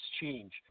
change